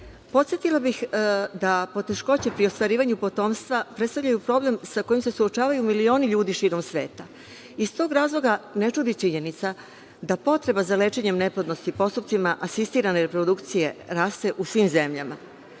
Podsetila bih da poteškoće pri ostvarivanju potomstva predstavljaju problem sa kojim se suočavaju ljudi širom sveta. Iz tog razloga ne čudi činjenica da potreba za lečenjem neplodnosti postupcima asistira i raste u svim zemljama.